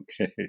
Okay